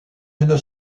une